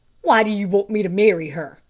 why do you want me to marry her?